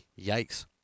Yikes